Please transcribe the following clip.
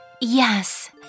yes